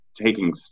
taking